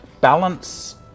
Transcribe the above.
balance